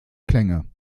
klänge